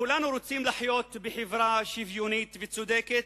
כולנו רוצים לחיות בחברה שוויונית וצודקת,